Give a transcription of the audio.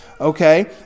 okay